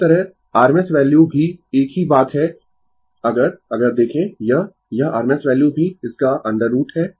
इसी तरह RMS value भी एक ही बात है अगर अगर देखें यह यह RMS वैल्यू भी इसका 2√ है